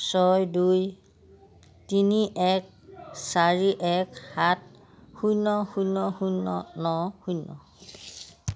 ছয় দুই তিনি এক চাৰি এক সাত শূন্য শূন্য শূন্য ন শূন্য